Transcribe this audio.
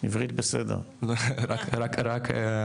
תמשיכי